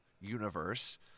universe